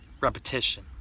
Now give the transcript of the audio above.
repetition